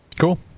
Cool